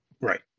Right